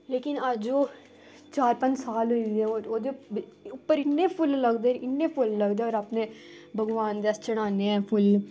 लेकिन अज्ज ओह् चार पंज साल होई गेदे ओह् ओह्दे उप्पर इन्ने फुल्ल लगदे इन्ने फुल्ल लगदे हो अपने भगवान दे अस चढ़ाने आं फुल्ल